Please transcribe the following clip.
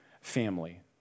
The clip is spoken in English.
family